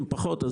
אם פחות,